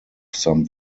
some